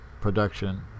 production